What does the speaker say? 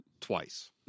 twice